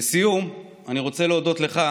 לסיום אני רוצה להודות לך,